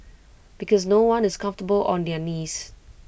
because no one is comfortable on their knees